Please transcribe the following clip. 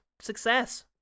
success